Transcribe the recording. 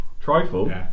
Trifle